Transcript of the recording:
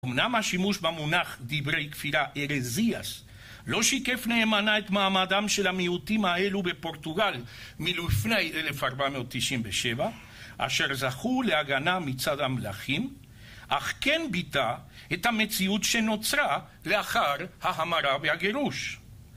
אמנם השימוש במונח דברי כפירה ארזיאס לא שיקף נאמנה את מעמדם של המיעוטים האלו בפורטוגל מלפני 1497, אשר זכו להגנה מצד המלכים, אך כן ביטא את המציאות שנוצרה לאחר ההמרה והגירוש.